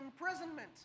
imprisonment